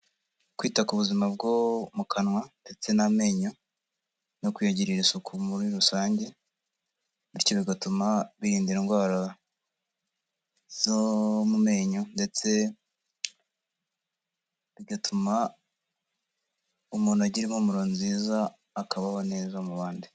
Kwita ku buzima bwo mu kanwa ndetse n'amenyo no kuyagirira isuku muri rusange, bityo bigatuma birinda indwara zo mu menyo ndetse bigatuma umuntu agira impumuro nziza, akabaho neza mu bandi.